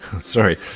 Sorry